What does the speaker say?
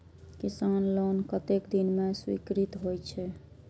किसान लोन कतेक दिन में स्वीकृत होई छै?